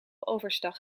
overstag